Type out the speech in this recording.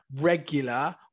regular